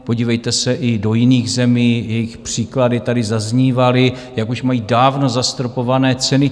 Podívejte se i do jiných zemí, jejichž příklady tady zaznívaly, jak už mají dávno zastropované ceny.